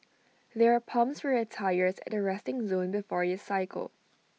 there are pumps for your tyres at the resting zone before you cycle